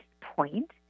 point